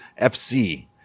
FC